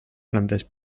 plantes